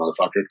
motherfucker